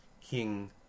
King